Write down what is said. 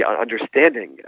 understanding